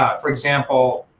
ah for example,